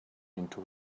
into